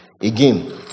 Again